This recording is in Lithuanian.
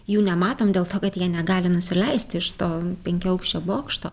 jų nematom dėl to kad jie negali nusileisti iš to penkiaaukščio bokšto